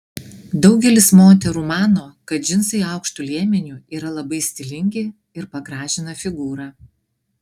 daugelis moterų mano kad džinsai aukštu liemeniu yra labai stilingi ir pagražina figūrą